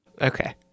Okay